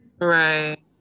right